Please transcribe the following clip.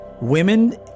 women